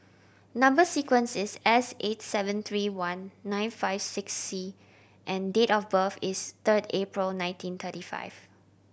number sequence is S eight seven three one nine five six C and date of birth is third April nineteen thirty five